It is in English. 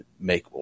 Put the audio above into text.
make